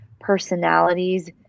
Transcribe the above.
personalities